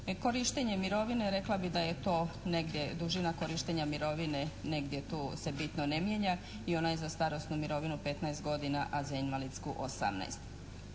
Korištenje mirovine rekla bih da je to negdje dužina korištenja mirovine negdje tu se bitno ne mijenja i ona je za starosnu mirovinu 15 godina, a za invalidsku 18.